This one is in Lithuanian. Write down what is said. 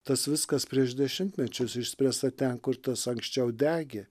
tas viskas prieš dešimtmečius išspręsta ten kur tas anksčiau degė